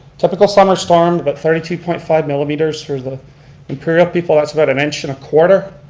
typical summer storm, but thirty two point five milometers for the imperial people, that's about an inch and a quarter.